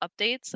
updates